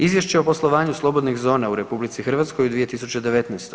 Izvješće o poslovanju slobodnih zona u RH u 2019.